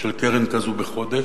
של קרן כזו בחודש,